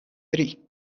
tri